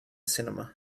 cinema